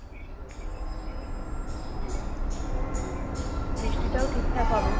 বৃষ্টিটাও ঠিকঠাক হবে